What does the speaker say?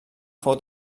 fou